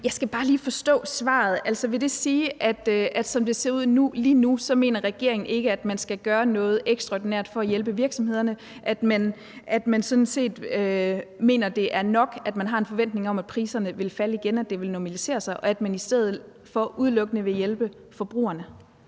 Jeg skal bare lige forstå svaret. Altså, vil det sige, at som det ser ud lige nu, mener regeringen ikke, at man skal gøre noget ekstraordinært for at hjælpe virksomhederne, og vil det sige, at man sådan set mener, at det er nok, at man har en forventning om, at priserne vil falde igen, at det vil normalisere sig, og at man i stedet for udelukkende vil hjælpe forbrugerne?